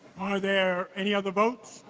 are there any other votes?